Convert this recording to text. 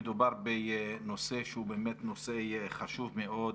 שמדובר בנושא שהוא נושא חשוב מאוד,